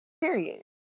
Period